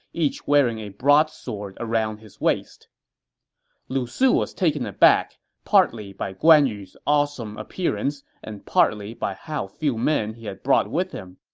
each wearing a broadsword around his waist lu su was taken aback, partly by guan yu's awesome appearance and partly by how few men he had brought with him.